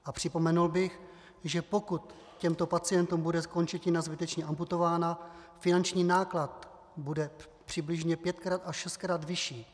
A připomenul bych, že pokud těmto pacientům bude končetina zbytečně amputována, finanční náklad bude přibližně pětkrát až šestkrát vyšší.